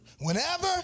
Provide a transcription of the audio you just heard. whenever